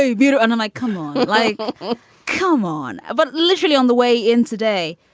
ah bueter and i'm like, come on, like come on. but literally on the way in today,